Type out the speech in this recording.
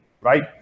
right